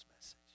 message